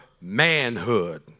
manhood